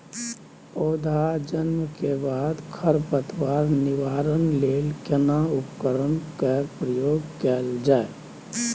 पौधा जन्म के बाद खर पतवार निवारण लेल केना उपकरण कय प्रयोग कैल जाय?